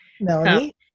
Melanie